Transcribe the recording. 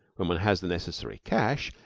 when one has the necessary cash,